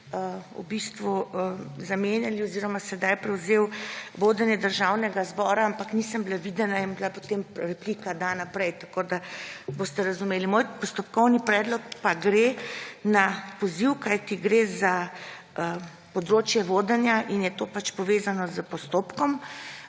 vi zamenjali oziroma ste sedaj prevzeli vodenje Državnega zbora, ampak nisem bila videna in je bila potem replika dana prej, tako da boste razumeli. Moj postopkovni predlog gre na poziv, kajti gre za področje vodenja in je to povezano s postopkom.